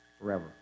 forever